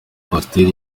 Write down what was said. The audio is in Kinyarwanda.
coaster